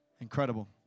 Incredible